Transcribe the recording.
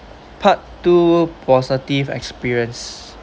part two positive experience